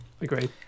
Agreed